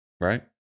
right